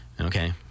okay